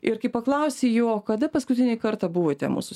ir kai paklausi jo o kada paskutinį kartą buvote mūsų